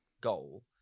goal